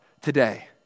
today